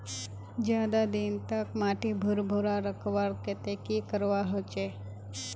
ज्यादा दिन तक माटी भुर्भुरा रखवार केते की करवा होचए?